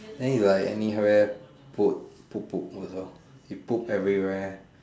then it like anywhere poop poop also it poop everywhere